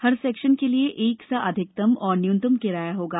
हर section के लिए एक सा अधिकतम और न्यूनतम किराया होगा